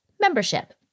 membership